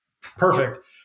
Perfect